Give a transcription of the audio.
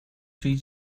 توی